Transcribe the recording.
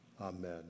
Amen